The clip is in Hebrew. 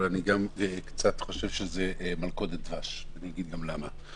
אני חושב שזו מלכודת דבש ואני אומר למה.